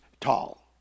tall